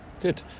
Good